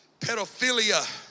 Pedophilia